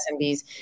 SMBs